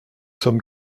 sommes